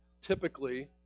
typically